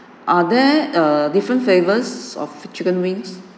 are there err different flavors of chicken wings